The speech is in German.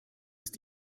ist